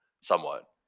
somewhat